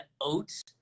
oats